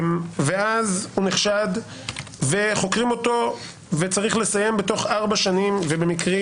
ואז הוא נחשד וחוקרים אותו וצריך לסיים בתוך ארבע שנים ובמקרים,